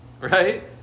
Right